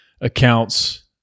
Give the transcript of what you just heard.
accounts